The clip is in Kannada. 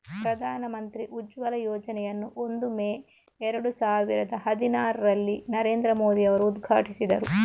ಪ್ರಧಾನ ಮಂತ್ರಿ ಉಜ್ವಲ ಯೋಜನೆಯನ್ನು ಒಂದು ಮೇ ಏರಡು ಸಾವಿರದ ಹದಿನಾರರಲ್ಲಿ ನರೇಂದ್ರ ಮೋದಿ ಅವರು ಉದ್ಘಾಟಿಸಿದರು